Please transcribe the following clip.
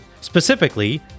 Specifically